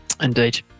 Indeed